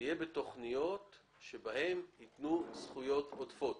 יהיה בתכניות שבהן יתנו זכויות עודפות.